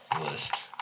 list